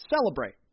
celebrate